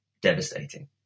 devastating